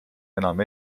enam